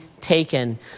taken